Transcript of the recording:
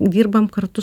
dirbam kartu